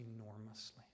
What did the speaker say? enormously